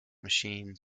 machine